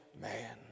man